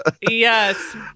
Yes